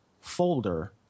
folder